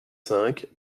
cinq